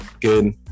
good